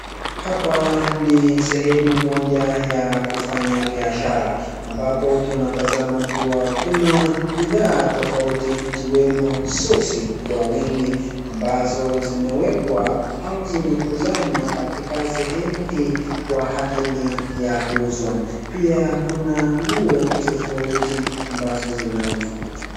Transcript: Hapa ni sehemu moja ya kufanya biashara ambapo tunatazama kuwa kuna bidhaa tofauti ikiwemo sokisi kwa wingi ambazo zimewekwa au zimekusanywa katika sehemu hii kwa ajili ya kuuzwa. Pia kuna nguo tofauti ambazo zinauzwa.